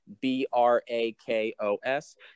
B-R-A-K-O-S